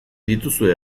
dituzue